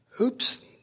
Oops